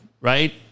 right